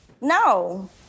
No